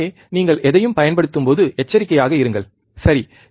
எனவே நீங்கள் எதையும் பயன்படுத்தும்போது எச்சரிக்கையாக இருங்கள் சரி